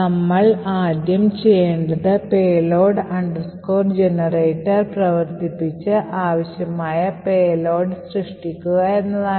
നമ്മൾ ആദ്യം ചെയ്യേണ്ടത് പേലോഡ് ജനറേറ്റർ payload generator പ്രവർത്തിപ്പിച്ച് ആവശ്യമായ പേലോഡ് സൃഷ്ടിക്കുക എന്നതാണ്